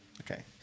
Okay